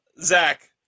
zach